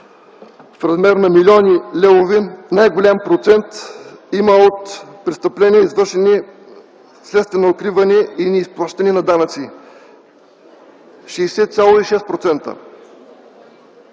в размер на милиони левове, най голям процент има от престъпления, извършени вследствие на укриване и неизплащане на данъци – 60,6%,